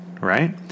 right